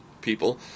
people